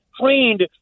trained